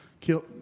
killed